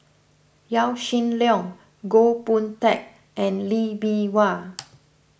Yaw Shin Leong Goh Boon Teck and Lee Bee Wah